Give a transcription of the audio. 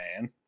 Man